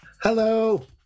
hello